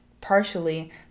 partially